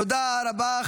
תודה רבה.